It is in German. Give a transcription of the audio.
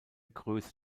größe